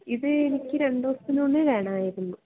ഇത് എനിക്ക് രണ്ടു ദിവസത്തിനുള്ളിൽ വേണമായിരുന്നു